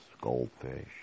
goldfish